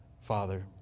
Father